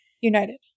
United